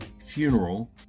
funeral